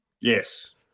Yes